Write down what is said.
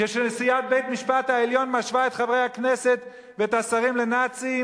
כשנשיאת בית-המשפט העליון משווה את חברי הכנסת ואת השרים לנאצים?